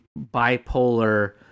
bipolar